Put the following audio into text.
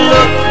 Look